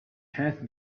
have